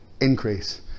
increase